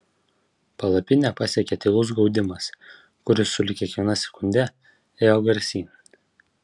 palapinę pasiekė tylus gaudimas kuris sulig kiekviena sekunde ėjo garsyn